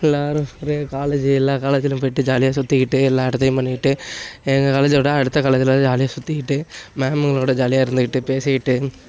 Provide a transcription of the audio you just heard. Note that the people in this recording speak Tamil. எல்லோரும் ஒரே காலேஜ் எல்லா காலேஜுலேயும் போயிட்டு ஜாலியாக சுற்றிக்கிட்டு எல்லா இடத்தையும் பண்ணிக்கிட்டு எங்கள் காலேஜை விட அடுத்த காலேஜில் தான் ஜாலியாக சுற்றிக்கிட்டு மேமுங்களோடு ஜாலியாக இருந்துக்கிட்டு பேசிக்கிட்டு